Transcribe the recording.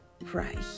Right